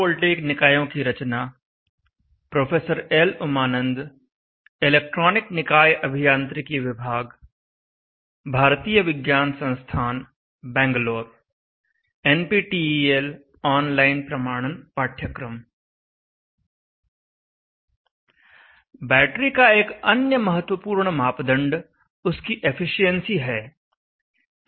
battery का एक अन्य महत्वपूर्ण मापदंड उसकी एफिशिएंसी है